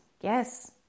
Yes